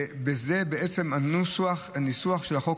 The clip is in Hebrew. וזה בעצם הניסוח של החוק,